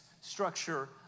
structure